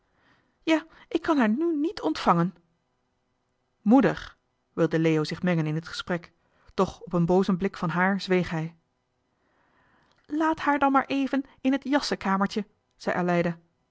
ja ik kan haar nu niet ontvangen moeder wilde leo zich mengen in het gesprek doch op een boozen blik van haar zweeg hij laat haar dan maar even in het jassenkamertje zei aleida